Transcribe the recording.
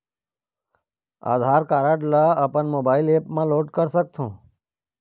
आधार card ला अपन mobile app मा अपलोड कर सकथों?